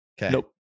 Nope